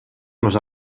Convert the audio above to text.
nos